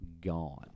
gone